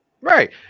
right